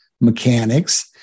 mechanics